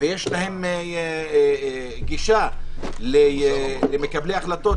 ויש להם גישה למקבלי ההחלטות,